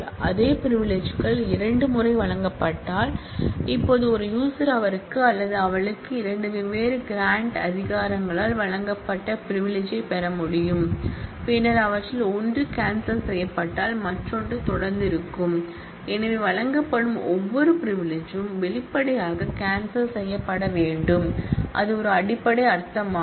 அதே பிரிவிலிஜ்கள் இரண்டு முறை வழங்கப்பட்டால் இப்போது ஒரு யூசர் அவருக்கு அல்லது அவளுக்கு இரண்டு வெவ்வேறு க்ராண்ட் அதிகாரிகளால் வழங்கப்பட்ட பிரிவிலிஜ்யைப் பெற முடியும் பின்னர் அவற்றில் ஒன்று கேன்சல் செய்யப்பட்டால் மற்றொன்று தொடர்ந்து இருக்கும் எனவே வழங்கப்படும் ஒவ்வொரு பிரிவிலிஜ்யும் வெளிப்படையாக கேன்சல் செய்யப்பட வேண்டும் அது ஒரு அடிப்படை அர்த்தமாகும்